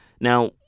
Now